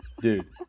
dude